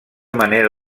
manera